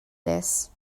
this